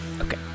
Okay